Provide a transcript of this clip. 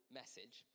message